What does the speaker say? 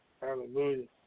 Hallelujah